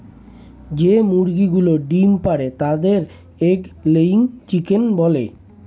যে মুরগিগুলো ডিম পাড়ে তাদের এগ লেয়িং চিকেন বলে